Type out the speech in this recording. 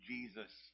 Jesus